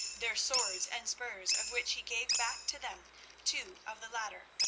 their swords and spurs, of which he gave back to them two of the latter,